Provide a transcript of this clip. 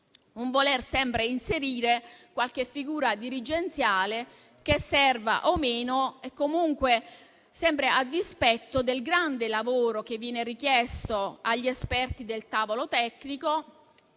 un voler sempre inserire qualche figura dirigenziale, che serva o meno, a dispetto del grande lavoro che viene richiesto agli esperti del tavolo tecnico,